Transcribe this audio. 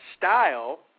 style